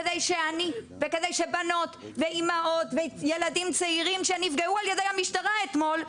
כדי שאני וכדי שבנות ואימהות וילדים צעירים שנפגעו על ידי המשטרה אתמול,